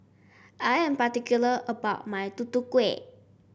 I am particular about my Tutu Kueh